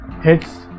hits